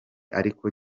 ariko